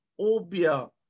obia